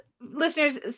listeners